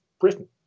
Britain